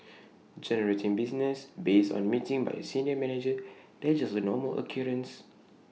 generating business based on A meeting by A senior manager that's just A normal occurrence